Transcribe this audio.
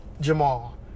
Jamal